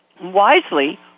wisely